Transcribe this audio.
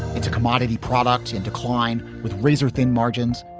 it's a commodity product in decline with razor thin margins.